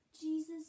Jesus